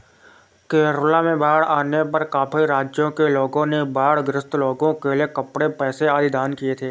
केरला में बाढ़ आने पर काफी राज्यों के लोगों ने बाढ़ ग्रस्त लोगों के लिए कपड़े, पैसे आदि दान किए थे